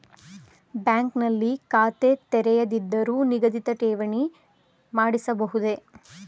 Bank ನಲ್ಲಿ ಖಾತೆ ತೆರೆಯದಿದ್ದರೂ ನಿಗದಿತ ಠೇವಣಿ ಮಾಡಿಸಬಹುದೇ?